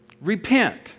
repent